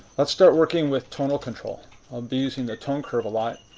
let's start working with tonal control. i'll be using the tone curve a lot.